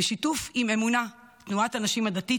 בשיתוף עם אמונה, תנועת הנשים הדתית.